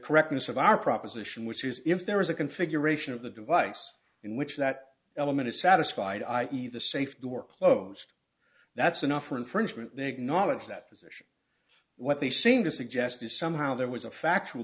correctness of our proposition which is if there is a configuration of the device in which that element is satisfied i e the safe door closed that's enough for infringement they acknowledge that position what they seem to suggest is somehow there was a factual